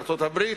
ארצות-הברית,